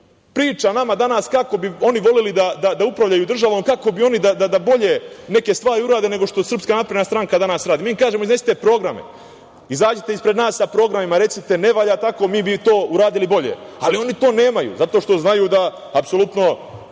priča nama kako bi oni voleli da upravljaju državom, kako bi oni bolje neke stvari uradili, nego što SNS danas radi. Mi im kažemo – iznesite programe, izađite ispred nas sa programima, recite – ne valja, mi bi to uradili bolje. Ali, oni to nemaju, zato što znaju da to